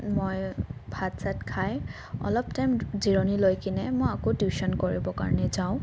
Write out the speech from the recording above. মই ভাত চাত খাই অলপ টাইম জিৰণি লৈ কিনে মই আকৌ টিউশ্যন কৰিব কাৰণে যাওঁ